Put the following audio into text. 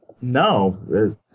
No